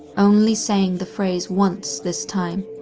only saying the phrase once this time.